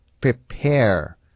prepare